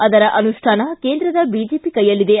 ಅದರ ಅನುಷ್ಠಾನ ಕೇಂದ್ರದ ಬಿಜೆಪಿ ಕೈಯಲ್ಲಿದೆ